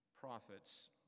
prophets